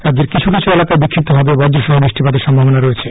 রাজ্যের কিছু এলাকায় বিষ্ফিপ্তভাবে বজ্র সহ বৃষ্টিপাতের স্ব্ভাবনা রয়েছে